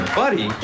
buddy